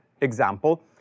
example